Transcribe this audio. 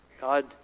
God